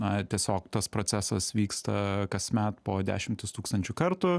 na tiesiog tas procesas vyksta kasmet po dešimtis tūkstančių kartų